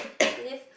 live